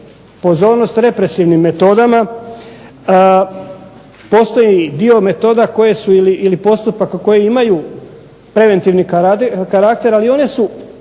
pozornost represivnim metodama. Postoji dio metoda koje su ili postupaka koji imaju preventivni karakter ali i one su